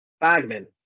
Bagman